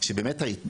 מטפל גם באפילפסיה,